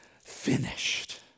finished